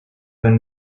been